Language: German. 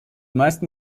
meisten